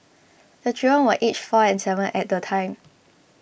the children were aged four and seven at the time